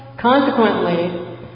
Consequently